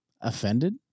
offended